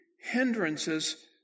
hindrances